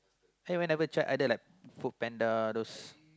why you never try other like FoodPanda those